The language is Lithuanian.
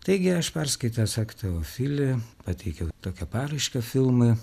taigi aš perskaitęs ak teofili pateikiau tokią paraišką filmui